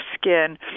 skin